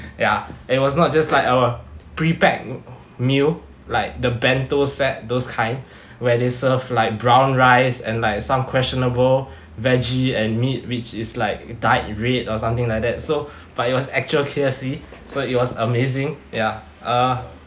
ya and it was not just like our prepacked meal like the bento set those kind where they serve like brown rice and like some questionable veggie and meat which is like dyed red or something like that so but it was actual K_F_C so it was amazing ya uh